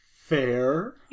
Fair